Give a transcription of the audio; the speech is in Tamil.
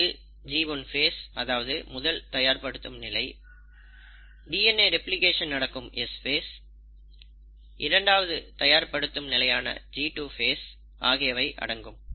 இதில் G1 ஃபேஸ் அதாவது முதல் தயார் படுத்தும் நிலை டிஎன்ஏ ரெப்ளிகேஷன் நடக்கும் S ஃபேஸ் இரண்டாவது தயார் படுத்தும் நிலையான G2 ஃபேஸ் ஆகியவை அடங்கும்